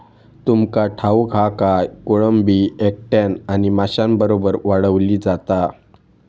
तुमका ठाऊक हा काय, कोळंबी एकट्यानं आणि माशांबरोबर वाढवली जाता